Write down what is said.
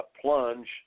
plunge